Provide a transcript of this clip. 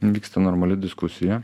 vyksta normali diskusija